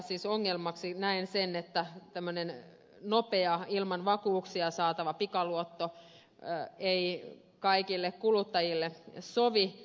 siis ongelmaksi näen sen että tämmöinen nopea ilman vakuuksia saatava pikaluotto ei kaikille kuluttajille sovi